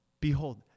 Behold